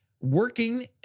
working